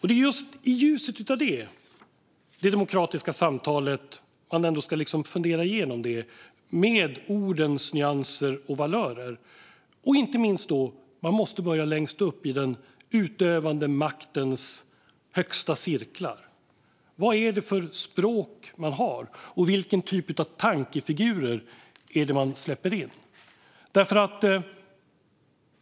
Det är i ljuset av det som man ska fundera på det demokratiska samtalet och ordens nyanser och valörer, och man måste börja längst upp, i den utövande maktens högsta cirklar. Vad är det för språk man har, och vilken typ av tankefigurer släpper man in?